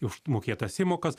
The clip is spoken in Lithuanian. už mokėtas įmokas